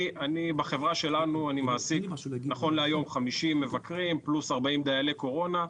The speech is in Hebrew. בחברה שלנו אני מעסיק נכון להיום 50 מבקרים פלוס 40 דיילי קורונה,